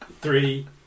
three